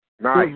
Nice